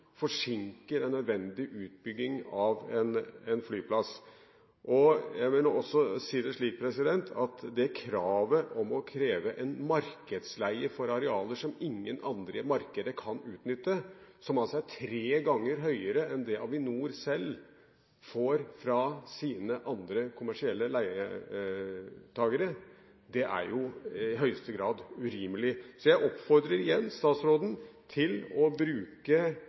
forsinker en nødvendig utbygging av en flyplass. Jeg vil også si at kravet om markedsleie for arealer som ingen andre i markedet kan utnytte, som altså er tre ganger høyere enn det Avinor selv får fra sine andre kommersielle leietakere, i høyeste grad er urimelig. Så jeg oppfordrer igjen statsråden til å bruke